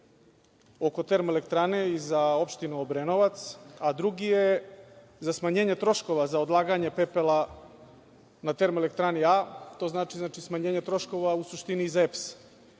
oko termoelektrane i za opštinu Obrenovac, a drugi je za smanjenje troškova za odlaganje pepela na TE „A“. To znači smanjenje troškova u suštini za